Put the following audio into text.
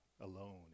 alone